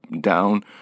down